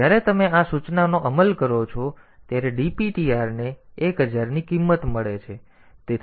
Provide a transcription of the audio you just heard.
તેથી જ્યારે તમે આ સૂચનાનો અમલ કરો છો ત્યારે dptr ને 1000 ની કિંમત મળે છે